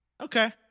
Okay